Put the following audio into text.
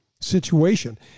situation